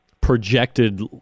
projected